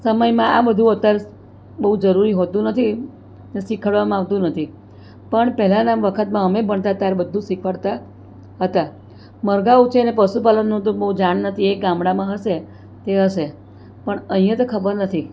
સમયમાં આ બધું અત્યારે બહુ જરૂરી હોતું નથી ને સીખવાડવામાં આવતું નથી પણ પહેલાંના વખતમાં અમે ભણતાં ત્યારે બધું જ શીખવાડતા હતાં મરઘાં ઉછેર અને પશુપાલનનું તો એ બહુ જાણ નથી એ ગામડામાં હશે તે હશે પણ અહીંયા તો ખબર નથી